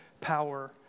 power